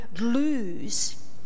lose